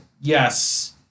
Yes